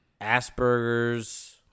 Asperger's